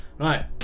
Right